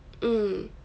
mm